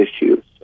issues